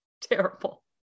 Terrible